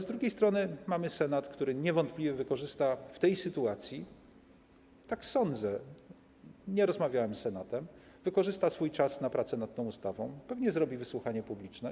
Z drugiej strony mamy Senat, który niewątpliwie wykorzysta w tej sytuacji - tak sądzę, nie rozmawiałem z Senatem - swój czas na pracę nad tą ustawą, pewnie zrobi wysłuchanie publiczne.